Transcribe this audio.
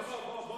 חילי, בוא.